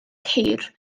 ceir